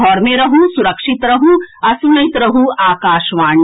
घर मे रहू सुरक्षित रहू आ सुनैत रहू आकाशवाणी